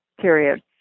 period